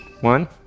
one